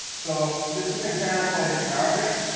so this is an example and in arabic.